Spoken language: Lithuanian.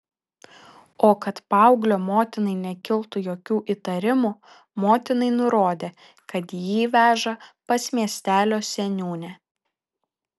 o kad paauglio motinai nekiltų jokių įtarimų motinai nurodė kad jį veža pas miestelio seniūnę